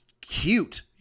cute